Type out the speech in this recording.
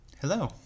Hello